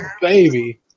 Baby